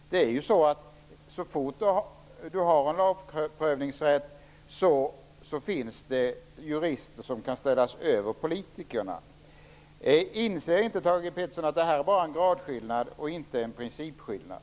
Så fort man har lagprövningsrätt finns det ju jurister som kan ställas över politikerna. Inser inte Thage G Peterson att det här bara rör sig om en gradskillnad, inte om en principskillnad?